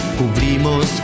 cubrimos